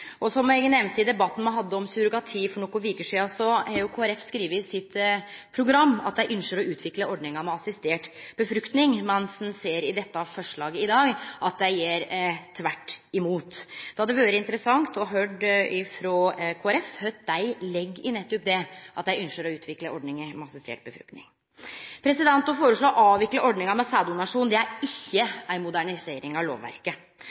Som eg nemnde i debatten me hadde om surrogati for nokre veker sidan, har Kristeleg Folkeparti skrive i sitt program at dei ynskjer å utvikle ordninga med assistert befruktning – mens ein ser i dette forslaget i dag at dei gjer tvert imot. Det hadde vore interessant å høyre frå Kristeleg Folkeparti kva dei legg i nettopp det at dei ynskjer å utvikle ordninga med assistert befruktning. Å føreslå å avvikle ordninga med sæddonasjon er ikkje ei modernisering av lovverket,